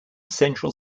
central